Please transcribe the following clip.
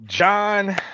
John